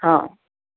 आं